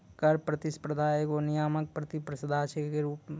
कर प्रतिस्पर्धा एगो नियामक प्रतिस्पर्धा के रूप छै